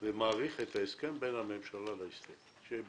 אני מעריך את ההסכם בין הממשלה להסתדרות.